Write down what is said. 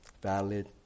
Valid